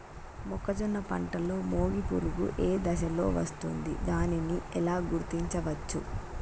మొక్కజొన్న పంటలో మొగి పురుగు ఏ దశలో వస్తుంది? దానిని ఎలా గుర్తించవచ్చు?